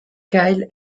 kyle